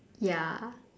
ya